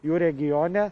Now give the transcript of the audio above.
jų regione